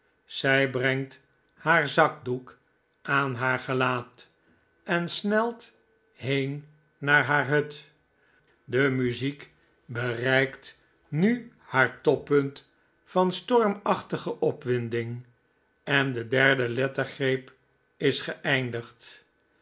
zij brengt haar zakdoek aan haar gelaat en snelt heen naar haar hut de muziek bereikt nu haar toppunt van stormachtige opwinding en de derde lettergreep is geeindigd